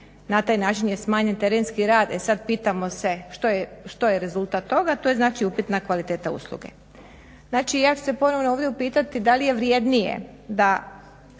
na taj način je smanjen terenski rad. E sad pitamo se što je rezultat toga? To je znači upitna kvaliteta usluge. Znači ja su se ponovno ovdje upitati da li je vrednije da